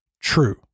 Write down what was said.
true